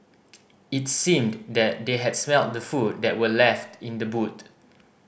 it seemed that they had smelt the food that were left in the boot